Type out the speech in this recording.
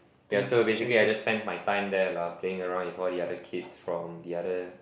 ya so basically I just spend my time there lah playing around with all the other kids from the other